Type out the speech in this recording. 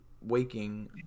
waking